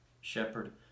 shepherd